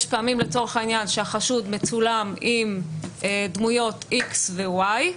יש פעמים לצורך העניין שהחשוד מצולם עם דמויות X ו-Y,